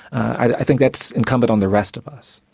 i think that's incumbent on the rest of us.